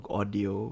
audio